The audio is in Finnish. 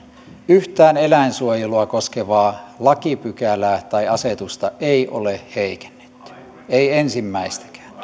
yhtään eläinsuojelua koskevaa lakipykälää tai asetusta ei ole heikennetty ei ensimmäistäkään